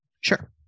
Sure